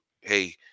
hey